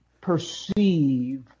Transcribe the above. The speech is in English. perceive